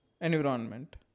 Environment